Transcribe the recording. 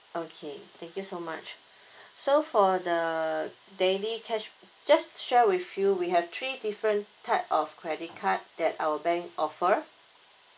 okay thank you so much so for the daily cash just to share with you we have three different type of credit card that our bank offer